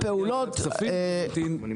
זה לא מתעכב בוועדת כספים, זה ממתין לדיון.